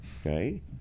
Okay